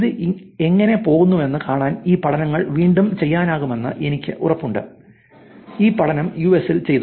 ഇത് എങ്ങനെ പോകുന്നുവെന്ന് കാണാൻ ഈ പഠനങ്ങൾ വീണ്ടും ചെയ്യാനാകുമെന്ന് എനിക്ക് ഉറപ്പുണ്ട് ഈ പഠനം യുഎസിൽ ചെയ്തു